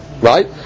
right